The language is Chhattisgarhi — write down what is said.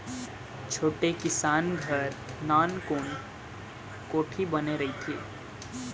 छोटे किसान घर नानकुन कोठी बने रहिथे